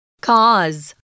cause